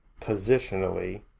positionally